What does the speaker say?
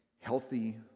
healthy